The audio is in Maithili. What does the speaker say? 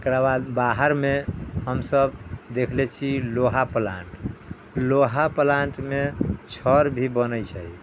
एकराबाद बाहरमे हमसभ देखने छियै लोहा प्लान्ट लोहा प्लान्टमे छड़ भी बनै छै